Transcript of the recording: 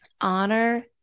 honor